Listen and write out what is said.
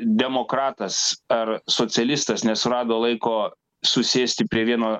demokratas ar socialistas nesurado laiko susėsti prie vieno